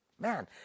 Man